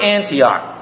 Antioch